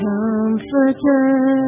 comforter